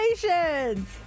Congratulations